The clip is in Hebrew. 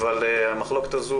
אבל המחלוקת הזו